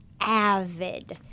avid